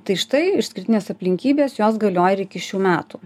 tai štai išskirtinės aplinkybės jos galioja ir iki šių metų